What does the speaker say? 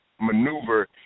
maneuver